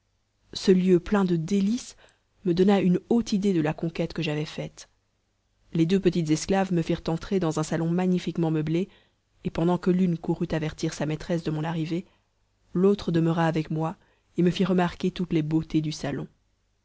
ce lieu plein de délices me donna une haute idée de la conquête que j'avais faite les deux petites esclaves me firent entrer dans un salon magnifiquement meublé et pendant que l'une courut avertir sa maîtresse de mon arrivée l'autre demeura avec moi et me fit remarquer toutes les beautés du salon